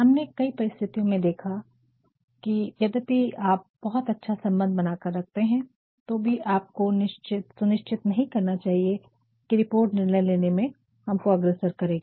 हमने कई परिस्थितियों में देखा हैं कि यद्यपि आप बहुत अच्छा सम्बन्ध बना कर रखते हैं तो भी आपको सुनिश्चित नहीं करना चाहिए कि रिपोर्ट निर्णय लेने में हमको अग्रसर करेगी